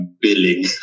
billing